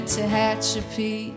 Tehachapi